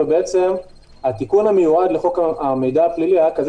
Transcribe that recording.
ובעצם התיקון המיועד לחוק המידע הפלילי היה כזה